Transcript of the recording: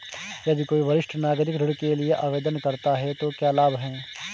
यदि कोई वरिष्ठ नागरिक ऋण के लिए आवेदन करता है तो क्या लाभ हैं?